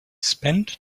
spent